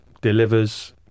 Delivers